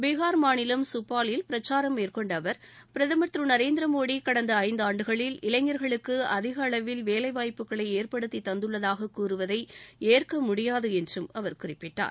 பீகார் மாநிலம் ஷிப்பாலில் பிரச்சாரம் மேற்கொண்ட அவர் பிரதமர் திரு நரேந்திர மோடி கடந்த ஐந்தாண்டுகளில் இளைஞர்களுக்கு அதிகளவில் வேலை வாய்ப்புகளை ஏற்படுத்தித் தந்துள்ளதாக கூறுவதை ஏற்கமுடியாது என்றும் அவர் குறிப்பிட்டார்